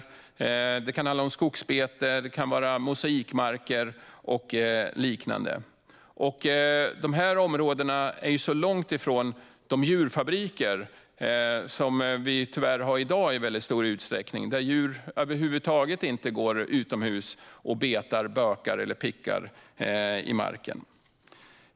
Det kan också vara fråga om skogsbete, mosaikmarker och liknande. Detta är långt ifrån de djurfabriker som vi tyvärr i väldigt stor utsträckning har i dag, där djur över huvud taget inte går utomhus och betar, bökar eller pickar i marken.